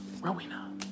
Rowena